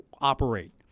operate